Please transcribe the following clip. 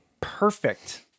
perfect